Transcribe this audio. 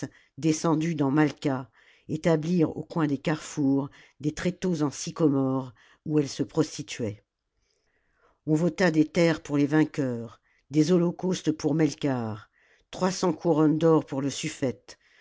descendues dans malqua établirent au coin des carrefours des tréteaux en sycomore où elles se prostituaient on vota des terres pour les vainqueurs des holocaustes pour melkarth trois cents couronnes d'or pour le suffète